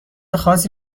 خاصی